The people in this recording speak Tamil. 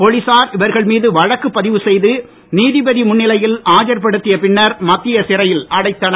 போலீசார் இவர்கள் மீது வழக்கு பதிவுசெய்து நீதிபதி முன்னிலையில் ஆஜர் படுத்திய பின்னர் மத்திய சிறையில் அடைத்தனர்